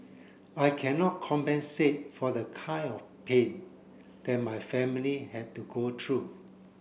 I cannot compensate for the kind of pain that my family had to go through